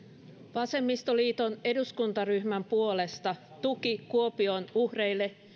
vasemmistoliiton eduskuntaryhmän puolesta tuki kuopion uhreille